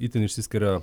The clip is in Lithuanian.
itin išsiskiria